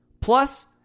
Plus